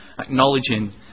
acknowledging